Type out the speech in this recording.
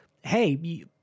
hey